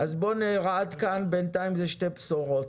עד כאן בינתיים יש שתי בשורות.